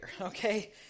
okay